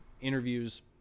interviews